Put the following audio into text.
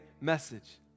message